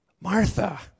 Martha